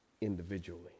individually